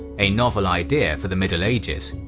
a novel idea for the middle ages.